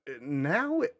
now